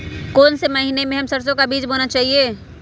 कौन से महीने में हम सरसो का बीज बोना चाहिए?